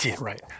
right